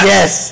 Yes